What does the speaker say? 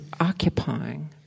occupying